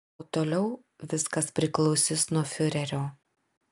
o toliau viskas priklausys nuo fiurerio